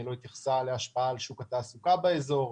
להשפעה על שוק התעסוקה באזור,